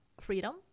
Freedom